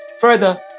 Further